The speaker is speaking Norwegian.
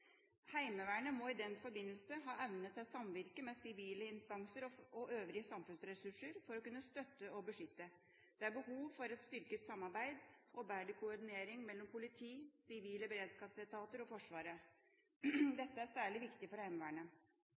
Heimevernet må i den forbindelse ha evne til samvirke med sivile instanser og øvrige samfunnsressurser for å kunne støtte og beskytte. Det er behov for et styrket samarbeid og bedre koordinering mellom politi, sivile beredskapsetater og Forsvaret. Dette er særlig viktig for Heimevernet.